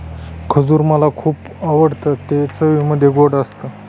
खजूर मला खुप आवडतं ते चवीमध्ये गोड असत